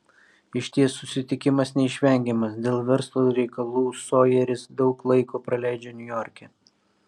išties susitikimas neišvengiamas dėl verslo reikalų sojeris daug laiko praleidžia niujorke